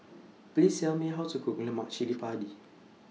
Please Tell Me How to Cook Lemak Cili Padi